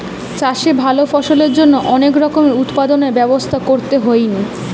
চাষে ভালো ফলনের জন্য অনেক রকমের উৎপাদনের ব্যবস্থা করতে হইন